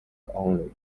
only